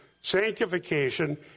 sanctification